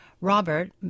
Robert